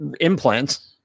implants